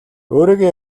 өөрийгөө